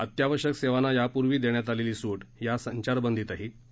अत्यावश्यक सेवांना यापूर्वी देण्यात आलेली सूट या संचारबंदीतही कायम राहील